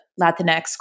Latinx